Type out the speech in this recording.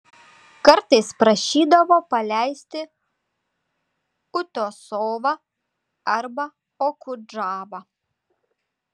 kartais prašydavo paleisti utiosovą arba okudžavą